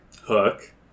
Hook